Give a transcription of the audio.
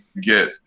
get